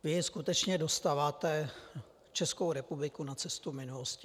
Vy skutečně dostáváte Českou republiku na cestu minulosti.